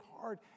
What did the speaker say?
hard